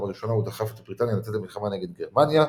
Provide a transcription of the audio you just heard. הראשונה הוא דחף את בריטניה לצאת למלחמה נגד גרמניה.